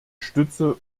stütze